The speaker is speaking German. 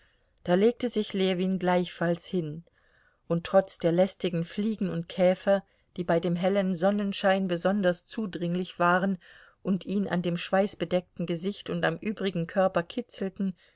da legte sich ljewin gleichfalls hin und trotz der lästigen fliegen und käfer die bei dem hellen sonnenschein besonders zudringlich waren und ihn an dem schweißbedeckten gesicht und am übrigen körper kitzelten